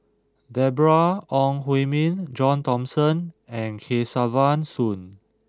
Deborah Ong Hui Min John Thomson and Kesavan Soon